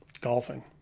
Golfing